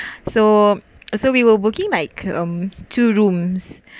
so uh so we were working like um two rooms